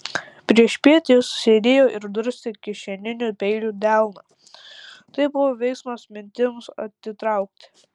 priešpiet jis sėdėjo ir durstė kišeniniu peiliu delną tai buvo veiksmas mintims atitraukti